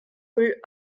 rue